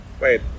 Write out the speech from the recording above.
Wait